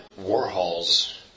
Warhol's